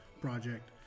project